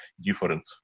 different